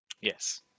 Yes